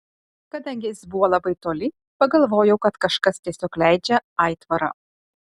kadangi jis buvo labai toli pagalvojau kad kažkas tiesiog leidžia aitvarą